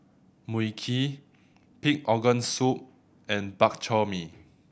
Mui Kee Pig's Organ Soup and Bak Chor Mee